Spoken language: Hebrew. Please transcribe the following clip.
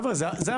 חבר'ה זה עבודה,